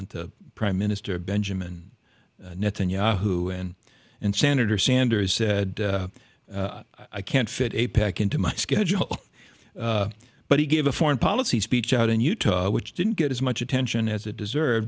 and to prime minister benjamin netanyahu and and senator sanders said i can't fit a pac into my schedule but he gave a foreign policy speech out in utah which didn't get as much attention as it deserve